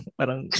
parang